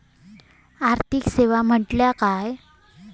आर्थिक सेवा म्हटल्या काय?